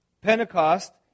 Pentecost